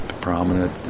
prominent